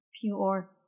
pure